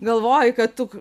galvoji kad tu